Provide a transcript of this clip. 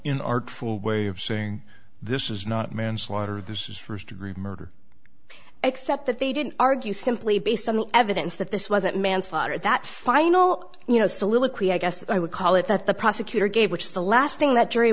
in artful way of saying this is not manslaughter this is first degree murder except that they didn't argue simply based on the evidence that this wasn't manslaughter that final you know soliloquy i guess i would call it that the prosecutor gave which is the last thing that jury